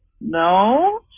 No